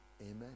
Amen